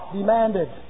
demanded